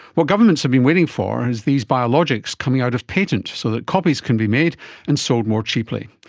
what governments have been waiting for is these biologics coming out of patent so that copies can be made and sold more cheaply.